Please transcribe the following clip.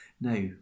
Now